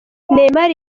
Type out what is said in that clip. neymar